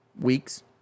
weeks